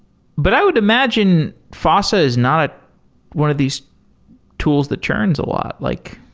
but i would imagine, fossa is not one of these tools that churns a lot, like